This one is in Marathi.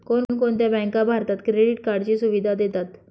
कोणकोणत्या बँका भारतात क्रेडिट कार्डची सुविधा देतात?